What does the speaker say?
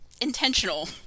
intentional